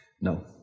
No